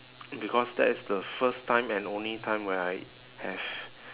because that is the first time and only time where I have